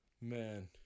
man